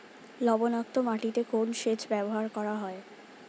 লবণাক্ত মাটিতে কোন সেচ ব্যবহার করা হয়?